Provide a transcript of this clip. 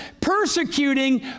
persecuting